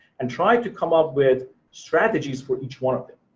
and try to come up with strategies for each one of them.